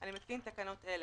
אני מתקין תקנות אלה: